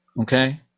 Okay